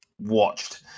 watched